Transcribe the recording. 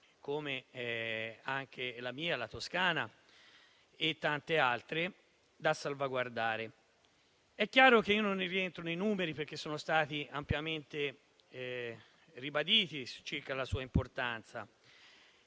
come la mia (la Toscana) e tante altre, da salvaguardare. È chiaro che non entro nei numeri, perché sono stati ampiamente ribaditi anche per la loro importanza.